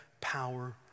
power